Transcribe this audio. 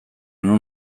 non